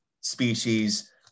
species